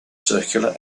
circular